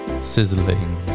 sizzling